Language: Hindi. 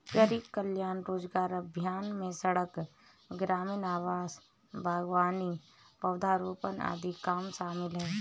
गरीब कल्याण रोजगार अभियान में सड़क, ग्रामीण आवास, बागवानी, पौधारोपण आदि काम शामिल है